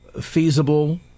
feasible